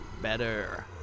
better